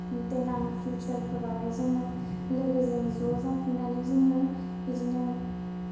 देनां फिउसारफोरावहाय जोङो लोगोजों ज' जाफिन्नानै जोङो इदिनो